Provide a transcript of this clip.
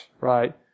right